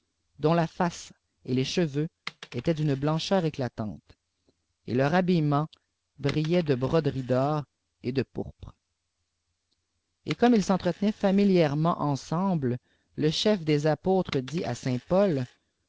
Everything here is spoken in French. dont la face et les cheveux étaient d'une blancheur éclatante et leurs habillements brillaient de broderies d'or et de pourpre et comme ils s'entretenaient famihèrement ensemble le chef des apôtres dit à